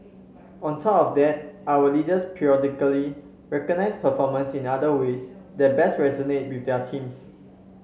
on top of that our leaders periodically recognise performance in other ways that best resonate with their teams